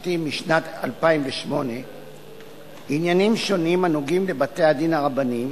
השנתי משנת 2008 עניינים שונים הנוגעים לבתי-הדין הרבניים,